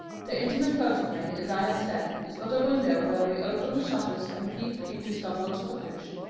the intimate photoplay, as i have said, is but a window where we open the shutters and peep into some one's cottage.